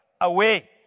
away